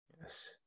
Yes